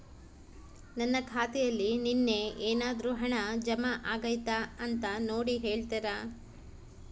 ನನ್ನ ಖಾತೆಯಲ್ಲಿ ನಿನ್ನೆ ಏನಾದರೂ ಹಣ ಜಮಾ ಆಗೈತಾ ಅಂತ ನೋಡಿ ಹೇಳ್ತೇರಾ?